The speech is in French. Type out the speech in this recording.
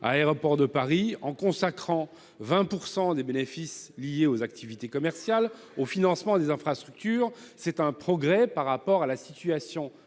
propose de consacrer 20 % des bénéfices liés aux activités commerciales au financement de ces infrastructures. C'est un progrès par rapport à la situation